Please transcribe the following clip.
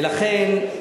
ולכן,